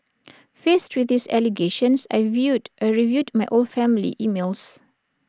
faced with these allegations I viewed I reviewed my old family emails